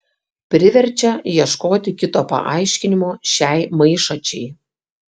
priverčia ieškoti kito paaiškinimo šiai maišačiai